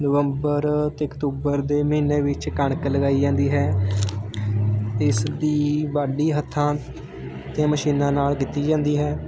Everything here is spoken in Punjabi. ਨਵੰਬਰ ਅਤੇ ਅਕਤੂਬਰ ਦੇ ਮਹੀਨੇ ਵਿੱਚ ਕਣਕ ਲਗਾਈ ਜਾਂਦੀ ਹੈ ਇਸ ਦੀ ਵਾਢੀ ਹੱਥਾਂ ਅਤੇ ਮਸ਼ੀਨਾਂ ਨਾਲ ਕੀਤੀ ਜਾਂਦੀ ਹੈ